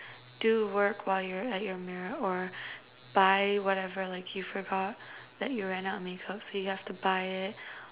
do work while you're at your mirror or buy whatever like you forgot that you ran out of makeup so you have to buy it